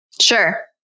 sure